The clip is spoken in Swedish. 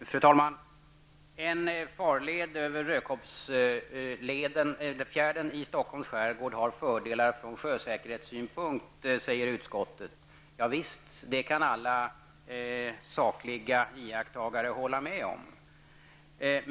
Fru talman! En farled över Rödkobbsfjärden i Stockholms skärgård har fördelar från sjösäkerhetssynpunkt, säger utskottets majoritet. Ja visst, det kan alla sakliga iakttagare hålla med om.